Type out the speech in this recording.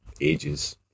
ages